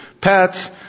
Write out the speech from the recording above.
pets